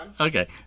Okay